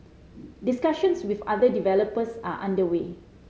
discussions with other developers are under way